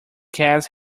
gas